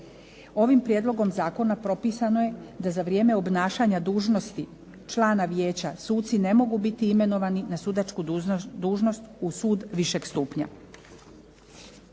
Ovim prijedlogom zakona propisano je da za vrijeme obnašanja dužnosti člana vijeća suci ne mogu biti imenovani na sudačku dužnost u sud višeg stupnja.